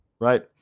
right